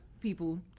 people